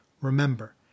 Remember